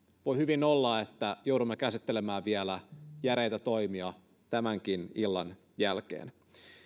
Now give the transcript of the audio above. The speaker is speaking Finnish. voi hyvin olla että joudumme käsittelemään vielä järeitä toimia tämänkin illan jälkeen